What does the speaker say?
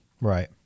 Right